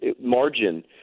margin